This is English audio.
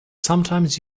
sometimes